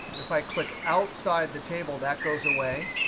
if i click outside the table, that goes away,